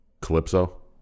Calypso